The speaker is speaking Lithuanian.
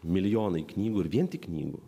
milijonai knygų ir vien tik knygų